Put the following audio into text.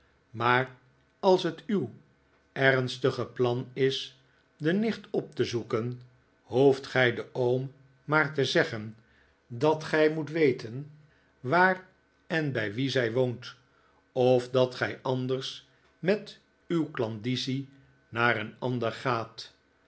maar als het uw ernstige plan is de nicht op te zoeken hoeft gij den oom maar te zeggen dat gij moet weten waar en bij wien zij woont of dat gij anders met uw klandizie naar een ander gaat